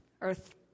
earth